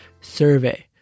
survey